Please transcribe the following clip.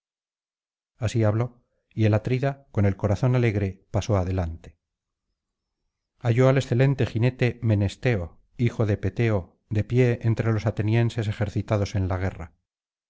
así habló y el atrida con el corazón alegre pasó adelante halló al excelente jinete menesteo hijo de peteo de pie entre los atenienses ejercitados en la guerra